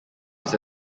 his